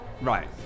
Right